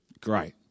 Great